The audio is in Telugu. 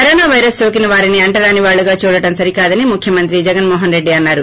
కరోనా పైరస్ నోకిన వారిని అంటరాని వాళ్లుగా చూడటం సరికాదని ముఖ్యమంత్రి జగన్మోహన్రెడ్డి అన్నారు